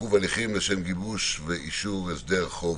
(עיכוב הליכים לשם גיבוש ואישור הסדר חוב),